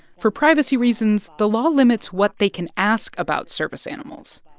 for privacy reasons, the law limits what they can ask about service animals.